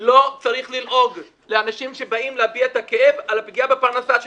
לא צריך ללעוג לאנשים שבאים להביע את הכאב על הפגיעה בפרנסה שלהם.